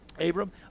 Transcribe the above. Abram